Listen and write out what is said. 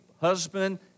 husband